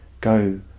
go